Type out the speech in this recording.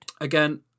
Again